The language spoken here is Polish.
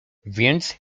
więc